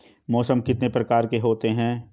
मौसम कितने प्रकार के होते हैं?